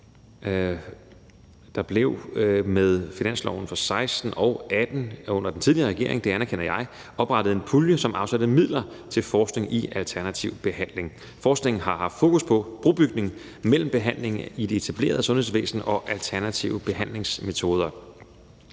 Der blev med finansloven for 2016 og 2018 under den tidligere regering – det anerkender jeg – oprettet en pulje, som afsatte midler til forskning i alternativ behandling. Forskningen har haft fokus på brobygning mellem behandling i det etablerede sundhedsvæsen og alternative behandlingsmetoder.